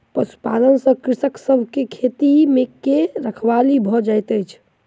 पशुपालन से कृषक सभ के खेती के रखवाली भ जाइत अछि